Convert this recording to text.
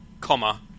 comma